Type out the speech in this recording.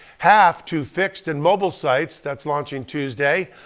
half to fixed and mobile sites. that's launching tuesday.